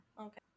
Okay